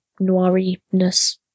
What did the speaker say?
noiriness